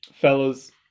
Fellas